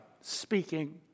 speaking